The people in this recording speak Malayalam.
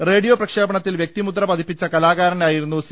റോഡിയോ പ്രക്ഷേപണത്തിൽ വൃക്തിമുദ്ര പതിപ്പിച്ച കലാകാരനായി രുന്നു സി